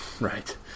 Right